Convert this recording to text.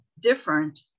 different